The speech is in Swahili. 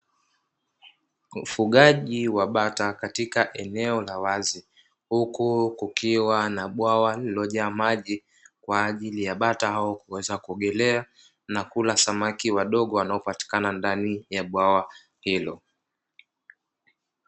Mfugaji wa bata katika eneo la wazi, huku kukiwa na bwawa lilojaa maji kwa ajili ya bata hao kuweza kuogelea na kula samaki wadogo wanaopatikana ndani ya bwawa hilo.